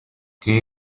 que